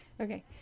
Okay